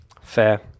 fair